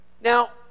Now